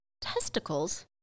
testicles